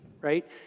right